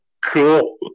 cool